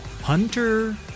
Hunter